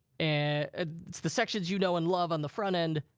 and ah it's the sections you know and love on the front end,